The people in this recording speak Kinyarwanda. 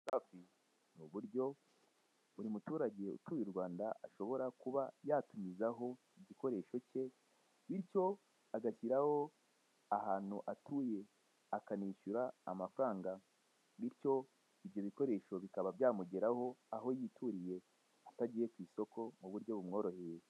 Safi ni uburyo buri muturage utuye u Rwanda ashobora kuba yatumizaho igikoresho ke bityo agashyiraho ahantu atuye akanishyura amafaranga bityo ibyo bikoresho bikaba byamugeraho aho yituriye atagiye ku isoko mu buryo bumworoheye.